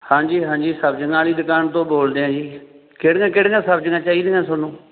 ਹਾਂਜੀ ਹਾਂਜੀ ਸਬਜ਼ੀਆਂ ਵਾਲੀ ਦੁਕਾਨ ਤੋਂ ਬੋਲਦੇ ਹਾਂ ਜੀ ਕਿਹੜੀਆਂ ਕਿਹੜੀਆਂ ਸਬਜ਼ੀਆਂ ਚਾਹੀਦੀਆਂ ਤੁਹਾਨੂੰ